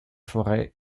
forêts